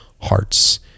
hearts